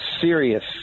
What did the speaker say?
serious